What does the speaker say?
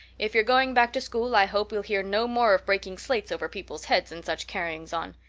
if you're going back to school i hope we'll hear no more of breaking slates over people's heads and such carryings on.